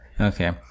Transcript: okay